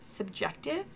subjective